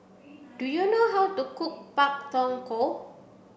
do you know how to cook pak thong ko